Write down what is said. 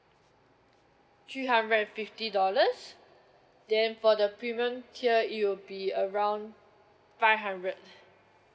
three hundred and fifty dollars then for the premium tier it'll be around five hundred